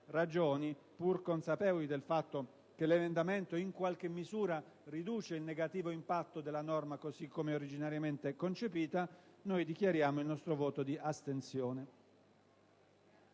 ragioni, pur consapevoli del fatto che l'emendamento in qualche misura riduce il negativo impatto della norma così come originariamente era stata concepita, dichiariamo il nostro voto di astensione.